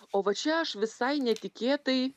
o va čia aš visai netikėtai